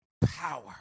power